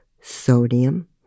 sodium